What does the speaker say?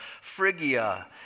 Phrygia